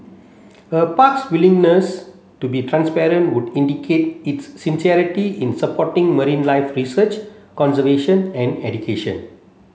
a park's willingness to be transparent would indicate its sincerity in supporting marine life research conservation and education